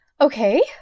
Okay